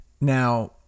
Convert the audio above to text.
Now